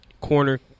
corner